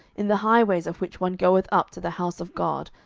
in the highways, of which one goeth up to the house of god,